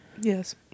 Yes